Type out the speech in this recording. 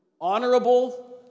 honorable